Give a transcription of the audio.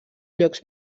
llocs